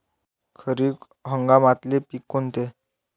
खरीप हंगामातले पिकं कोनते?